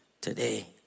today